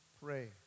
pray